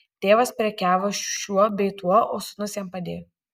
tėvas prekiavo šiuo bei tuo o sūnus jam padėjo